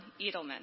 Edelman